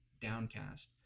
downcast